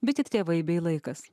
bet ir tėvai bei laikas